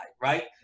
right